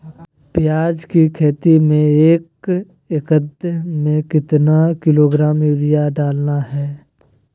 प्याज की खेती में एक एकद में कितना किलोग्राम यूरिया डालना है?